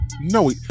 no